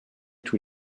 tous